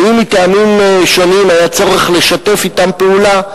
ואם מטעמים שונים היה צורך לשתף אתם פעולה,